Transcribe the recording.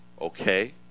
Okay